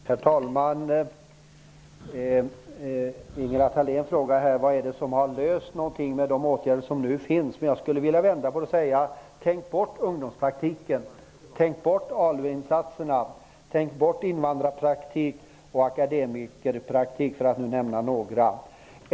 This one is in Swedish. Herr talman! Ingela Thalén frågar: Vad har lösts med de åtgärder som nu finns? Jag skulle vilja vända på det hela och säga: Tänk bort ungdomspraktiken! Tänk bort ALU-insatserna! Tänk bort invandrarpraktik och akademikerpraktik, för att ge några exempel!